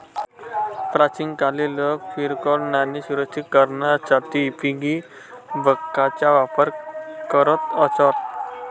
प्राचीन काळी लोक किरकोळ नाणी सुरक्षित करण्यासाठी पिगी बँकांचा वापर करत असत